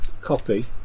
copy